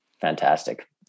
fantastic